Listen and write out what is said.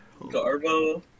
Garbo